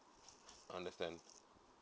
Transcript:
understand